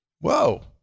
whoa